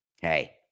hey